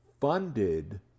funded